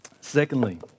Secondly